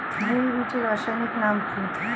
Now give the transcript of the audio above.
Hill বিটি রাসায়নিক নাম কি?